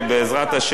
בעזרת השם,